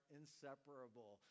inseparable